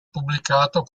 pubblicato